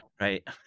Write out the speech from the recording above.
Right